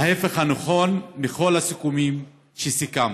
ההפך הנכון, מכל הסיכומים שסיכמנו.